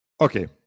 Okay